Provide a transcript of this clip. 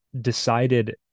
decided